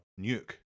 nuke